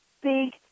big